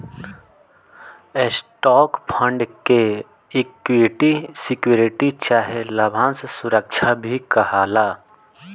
stock fund के equity security चाहे लाभांश सुरक्षा भी कहाला